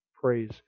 praise